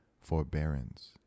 forbearance